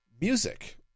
music